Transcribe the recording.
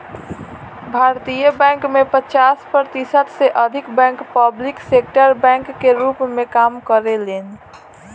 भारतीय बैंक में पचास प्रतिशत से अधिक बैंक पब्लिक सेक्टर बैंक के रूप में काम करेलेन